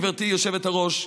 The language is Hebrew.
גברתי היושבת-ראש,